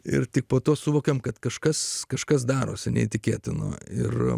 ir tik po to suvokėme kad kažkas kažkas darosi neįtikėtino ir